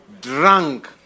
drunk